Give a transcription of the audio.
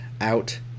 out